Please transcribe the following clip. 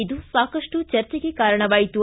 ಇದು ಸಾಕಷ್ಟು ಚರ್ಚೆಗೆ ಕಾರಣವಾಯಿತು